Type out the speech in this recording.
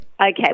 Okay